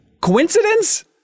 coincidence